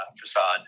facade